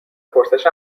پرسش